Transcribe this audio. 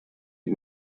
you